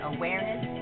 awareness